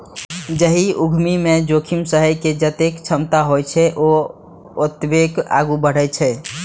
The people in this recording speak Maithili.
जाहि उद्यमी मे जोखिम सहै के जतेक क्षमता होइ छै, ओ ओतबे आगू बढ़ै छै